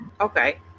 Okay